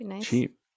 cheap